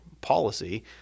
policy